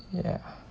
ya